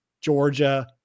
Georgia